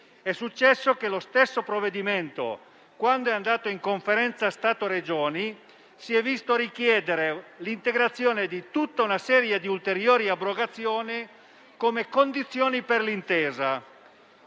È successo che sullo stesso provvedimento, in sede di Conferenza Stato-Regioni, si è richiesta l'integrazione di tutta una serie di ulteriori abrogazioni come condizione per l'intesa.